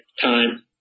time